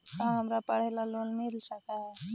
का हमरा पढ़े ल लोन मिल सकले हे?